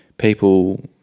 people